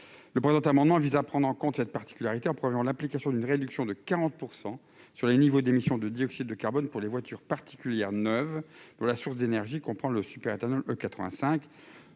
Le présent amendement vise à prendre en compte cette particularité en prévoyant l'application d'une réduction de 40 % sur les niveaux d'émissions de dioxyde de carbone pour les voitures particulières neuves dont la source d'énergie comprend le superéthanol E85.